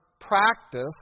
practice